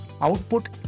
output